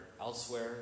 elsewhere